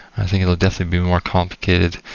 i think it'll definitely be more complicated.